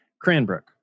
Cranbrook